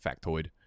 Factoid